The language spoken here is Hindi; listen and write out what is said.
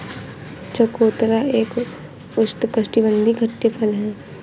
चकोतरा एक उष्णकटिबंधीय खट्टे फल है